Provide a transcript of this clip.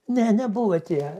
ne nebuvo atėję